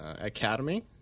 academy